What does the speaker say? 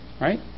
right